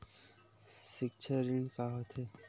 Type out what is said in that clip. सिक्छा ऋण का होथे?